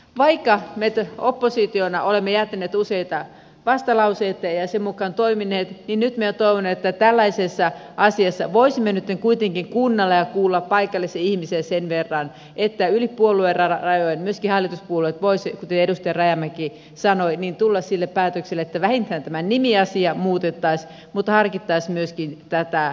vaikka me oppositiona olemme jättäneet useita vastalauseita ja sen mukaan toimineet niin nyt minä toivon että tällaisessa asiassa voisimme nyt kuitenkin kuunnella ja kuulla paikallisia ihmisiä sen verran että yli puoluerajojen myöskin hallituspuolueet kuten edustaja rajamäki sanoi voisivat tulla siihen päätökseen että vähintään tämä nimiasia muutettaisiin mutta harkittaisiin myöskin tätä metsästysasian muuttamista